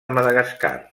madagascar